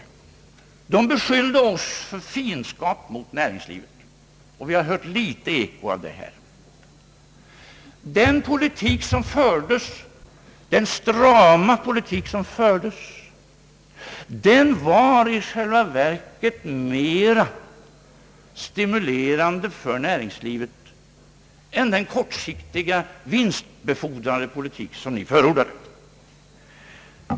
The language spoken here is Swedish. De borgerliga beskyllde oss då för fiendskap mot näringslivet, och vi har hört ett litet eko av detta i dag. Den strama politik som fördes var i själva verket mer stimulerande för näringslivet än den kortsiktiga, vinstbefordrande politik som de borgerliga förordade.